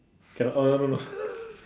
cannot uh no no no